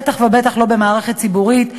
בטח ובטח לא במערכת ציבורית,